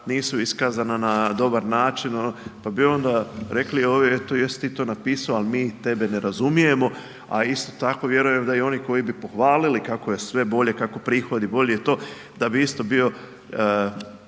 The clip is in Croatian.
nisu iskazana na dobar način, pa bi onda rekli ovi, eto jesi ti to napiso, ali mi tebe ne razumijemo, a isto tako vjerujem da i oni koji bi pohvalili kako je sve bolje, kako prihodi bolji i to, da bi isto bio